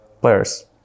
Players